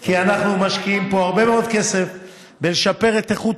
כי אנחנו משקיעים פה הרבה מאוד כסף בלשפר את איכות